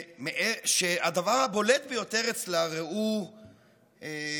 שהדבר הבולט ביותר אצלה, ראו דוגמת